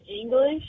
English